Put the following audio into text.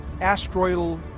asteroidal